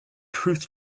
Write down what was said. truth